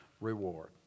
reward